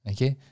Okay